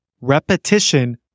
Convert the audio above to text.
Repetition